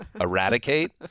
eradicate